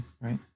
right